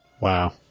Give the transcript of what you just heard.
Wow